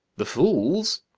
the fools?